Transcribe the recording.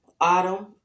autumn